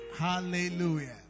Hallelujah